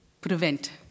prevent